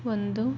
ಒಂದು